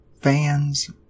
fans